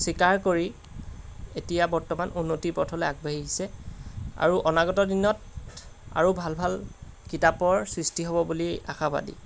স্বীকাৰ কৰি এতিয়া বৰ্তমান উন্নতিৰ পথলৈ আগবাঢ়ি আহিছে আৰু অনাগত দিনত আৰু ভাল ভাল কিতাপৰ সৃষ্টি হ'ব বুলি আশাবাদী